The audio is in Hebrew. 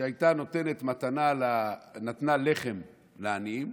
שנתנה מתנה לחם לעניים,